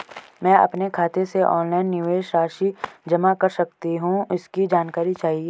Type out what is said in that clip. मैं अपने खाते से ऑनलाइन निवेश राशि जमा कर सकती हूँ इसकी जानकारी चाहिए?